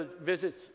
visits